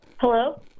hello